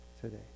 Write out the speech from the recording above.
today